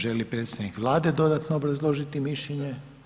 Želi li predstavnik Vlade dodatno obrazložiti mišljenje?